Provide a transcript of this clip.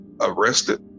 Arrested